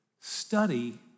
Study